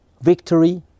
victory